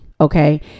Okay